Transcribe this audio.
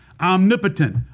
Omnipotent